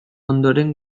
ondoren